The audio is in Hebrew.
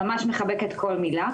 ממש מחבקת כל מילה.